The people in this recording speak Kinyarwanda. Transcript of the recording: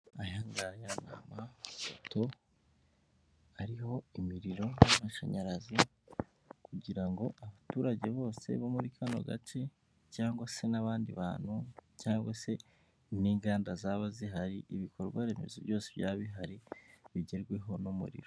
Aya ngaya ni amapoto ariho imiriro y'amashanyarazi, kugira ngo abaturage bose bo muri kano gace cyangwa se n'abandi bantu cyangwa se n'inganda zaba zihari ibikorwaremezo byose byaba bihari bigerweho n'umuriro.